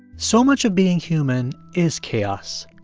so much of being human is chaos.